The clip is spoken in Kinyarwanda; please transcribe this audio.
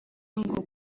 ngo